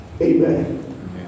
Amen